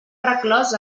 reclòs